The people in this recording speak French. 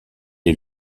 est